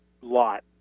lot